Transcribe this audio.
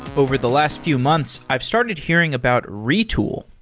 over the last few months, i've started hearing about retool.